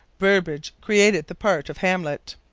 burbage created the part of hamlet.